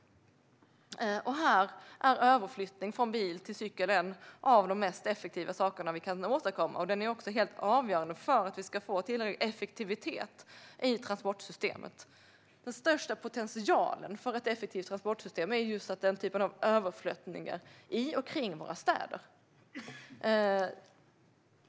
Här är överflyttning från bil till cykel en av de mest effektiva saker som vi kan åstadkomma. Den är också helt avgörande för att vi ska få tillräcklig effektivitet i transportsystemet. Den största potentialen för ett effektivt transportsystem är just denna typ av överflyttningar i och kring våra städer.